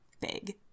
big